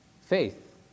Faith